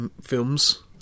films